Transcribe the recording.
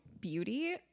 beauty